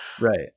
Right